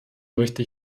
möchte